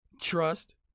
Trust